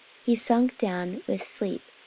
he sunk down with sleep,